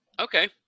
Okay